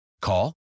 Call